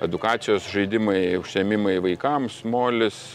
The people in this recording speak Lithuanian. edukacijos žaidimai užsiėmimai vaikams molis